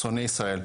שונא ישראל.